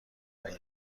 بروید